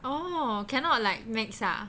oh cannot like mix ah